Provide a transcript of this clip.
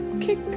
kick